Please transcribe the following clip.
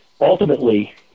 Ultimately